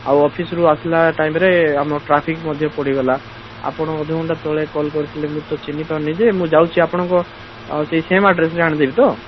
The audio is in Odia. ଆଉ ଅଫିସ ରୁ ଆସିଲା ଟାଇମ ରେ ଆମ ଟ୍ରାଫିକ ମଧ୍ୟ ପଡ଼ିଗଲା ଆପଣ ଅଧଘଣ୍ଟା ତଳେ କଲ କରିଥିଲେ ମୁଁ ଚିହ୍ନି ପାରୁନିଯେ ମୁଁ ଯାଉଛି ଆପଣ ଙ୍କ ସେହି ସେମ ଆଡ଼୍ରେସରେ ଆଣିଦେବି ତ